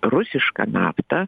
rusišką naftą